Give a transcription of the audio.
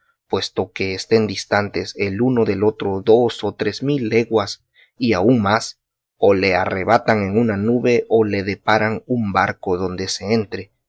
puesto que estén distantes el uno del otro dos o tres mil leguas y aun más o le arrebatan en una nube o le deparan un barco donde se entre